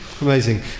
Amazing